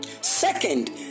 second